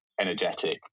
energetic